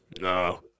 No